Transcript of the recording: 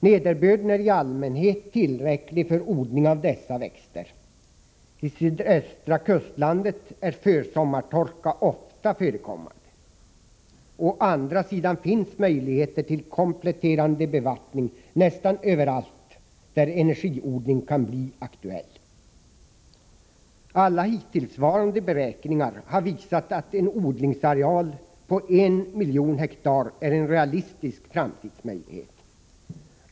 Nederbörden är i allmänhet tillräcklig för odling av dessa växter. I sydöstra kustlandet är försommartorka ofta förekommande. Å andra sidan finns möjligheter till kompletterande bevattning nästan överallt där energiodling kan bli aktuell. Alla hittillsvarande beräkningar har visat att en odlingsareal på 1 miljon hektar är en realistisk framtidsmöjlighet.